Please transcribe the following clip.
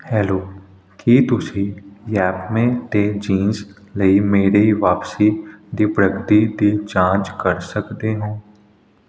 hello ਕੀ ਤੁਸੀਂ Yepme 'ਤੇ ਜੀਨਸ ਲਈ ਮੇਰੀ ਵਾਪਸੀ ਦੀ ਪ੍ਰਗਤੀ ਦੀ ਜਾਂਚ ਕਰ ਸਕਦੇ ਹੋ